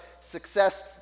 success